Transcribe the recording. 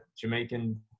Jamaican